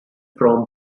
from